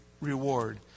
reward